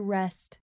rest